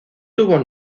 tuvo